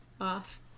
off